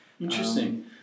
Interesting